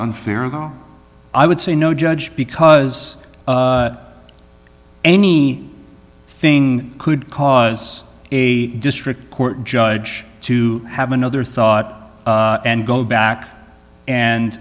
unfair though i would say no judge because any thing could cause a district court judge to have another thought and go back and